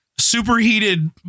superheated